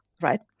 right